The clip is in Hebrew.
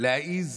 להעז